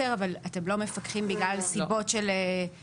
אבל אתם לא מפקחים בגלל סיבות של תקנים